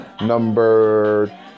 number